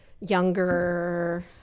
younger